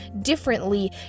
differently